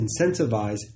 incentivize